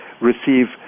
receive